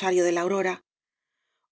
de la aurora